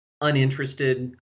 uninterested